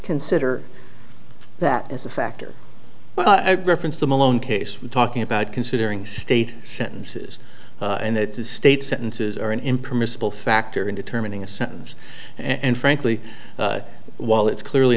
consider that as a factor reference to malone case we're talking about considering state sentences and that is state sentences are an impermissible factor in determining a sentence and frankly while it's clearly